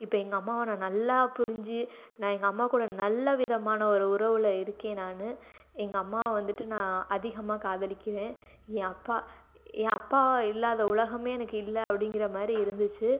இப்போ எங்கள் அம்மாவை நான் நல்லா புரிஞ்சு நான் எங்கள் அம்மாக்கூட நல்ல விதமான ஒரு உறவில் இருக்கேன் நான் எங்கள் அம்மாவை வந்துட்டு நான் அதிகமாக காதலிக்கிறேன் என் அப்பா என் அப்பா இல்லாத உலகமே எனக்கு இல்லை அப்படிங்குற மாதிரி இருந்துச்சு